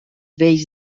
vells